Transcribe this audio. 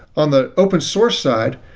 on the open source side,